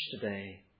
today